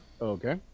Okay